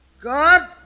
God